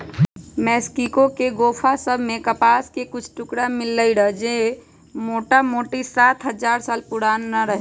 Mexico के गोफा सभ में कपास के कुछ टुकरा मिललइ र जे मोटामोटी सात हजार साल पुरान रहै